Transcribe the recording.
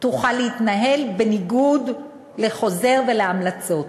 תוכל להתנהל בניגוד לחוזר ולהמלצות.